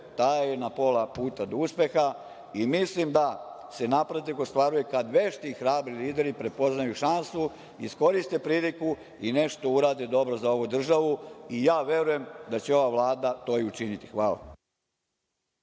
taj je na pola puta do uspeha i mislim da se napredak ostvaruje kada vešti i hrabri lideri prepoznaju šansu, iskoriste priliku i nešto urade dobro za ovu državu. Verujem da će ova Vlada to i učiniti. Hvala.